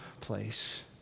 place